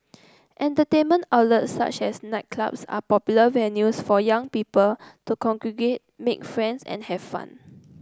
entertainment outlets such as nightclubs are popular venues for young people to congregate make friends and have fun